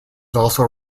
also